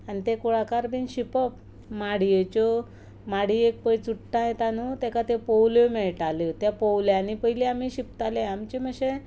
आनी तें कुळागर बी शिंपप माड्येच्यो माड्येक पळय चुट्टां येता न्हय ताका त्यो पोवल्यो मेळटाल्यो ते पोवल्यांनी पयलीं आमी शिंपतालीं आमचे मातशे